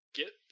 get